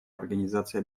организации